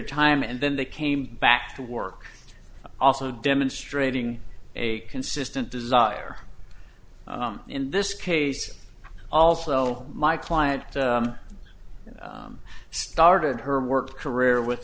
of time and then they came back to work also demonstrating a consistent desire in this case also my client started her work career with